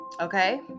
Okay